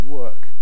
work